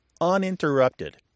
uninterrupted